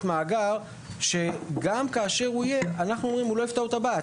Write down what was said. מאגר שגם כאשר הוא יהיה הוא לא יפתור את הבעיה.